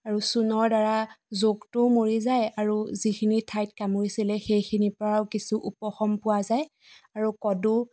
আৰু চূণৰ দ্বাৰা জোকটোও মৰি যায় আৰু যিখিনি ঠাইত কামুৰিছিলে সেইখিনিৰ পৰা কিছু উপশম পোৱা যায় আৰু কদো